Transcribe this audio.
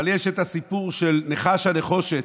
אבל יש סיפור על נחש הנחושת,